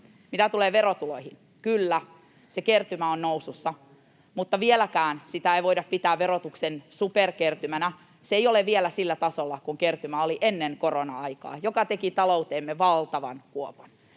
Mitä tulee verotuloihin, niin kyllä, se kertymä on nousussa, mutta vieläkään sitä ei voida pitää verotuksen superkertymänä. Se ei ole vielä sillä tasolla kuin kertymä oli ennen korona-aikaa, joka teki talouteemme valtavan kuopan.